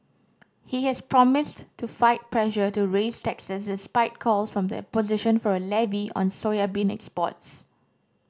he has promised to fight pressure to raise taxes despite calls from the opposition for a levy on soybean exports